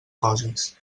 coses